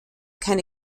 keine